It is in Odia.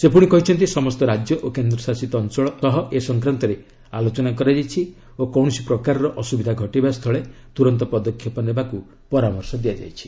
ସେ କହିଛନ୍ତି ସମସ୍ତ ରାଜ୍ୟ ଓ କେନ୍ଦ୍ରଶାସିତ ଅଞ୍ଚଳ ସହ ଏ ସଫକ୍ରାନ୍ତରେ ଆଲୋଚନା କରାଯାଇଛି ଓ କୌଣସି ପ୍ରକାରର ଅସୁବିଧା ଘଟିବାସ୍ଥଳେ ତୁରନ୍ତ ପଦକ୍ଷେପ ନେବାକୁ ପରାମର୍ଶ ଦିଆଯାଇଛି